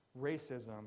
racism